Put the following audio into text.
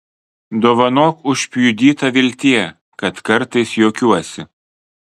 dovanok užpjudyta viltie kad kartais juokiuosi